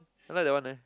I like that one leh